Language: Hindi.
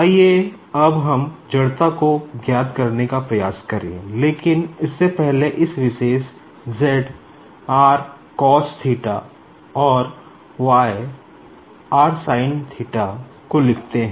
आइए अब हम इनरशिया को ज्ञात करने का प्रयास करें लेकिन उससे पहले इस विशेष z और y को लिखते है